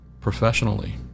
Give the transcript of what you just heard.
professionally